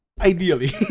ideally